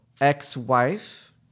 ex-wife